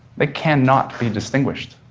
they cannot be distinguished.